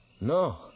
No